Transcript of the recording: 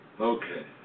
Okay